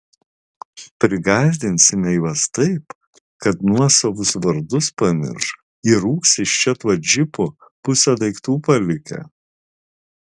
prigąsdinsime juos taip kad nuosavus vardus pamirš ir rūks iš čia tuo džipu pusę daiktų palikę